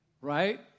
Right